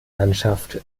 landschaft